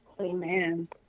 Amen